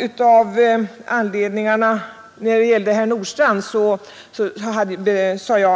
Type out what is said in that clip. Jag vill också erinra herr Nordstrandh om